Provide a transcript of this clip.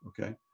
Okay